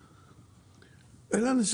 נכון,